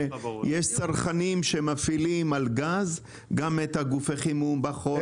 צרכנים שמפעילים על גז גם את הגופי חימום בחורף,